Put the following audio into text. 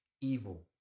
evil